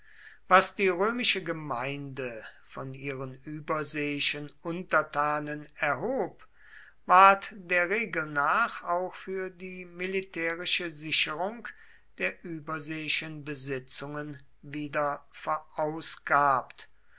was die römische gemeinde von ihren überseeischen untertanen erhob ward der regel nach auch für die militärische sicherung der überseeischen besitzungen wieder verausgabt